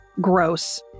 gross